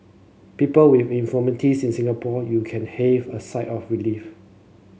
people with infirmities in Singapore you can heave a sigh of relief